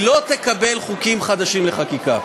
היא לא תקבל חוקים חדשים לחקיקה.